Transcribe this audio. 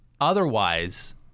otherwise